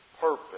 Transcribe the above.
purpose